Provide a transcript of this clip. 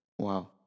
wow